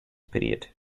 period